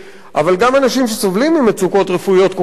אבל גם אנשים שסובלים ממצוקות רפואיות כל כך קשות,